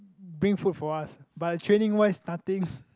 bring food for us but the training wise nothing